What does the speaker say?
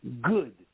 good